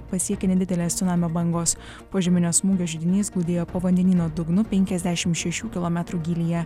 pasiekė nedidelės cunamio bangos požeminio smūgio židinys glūdėjo po vandenyno dugnu penkiasdešimt šešių kilometrų gylyje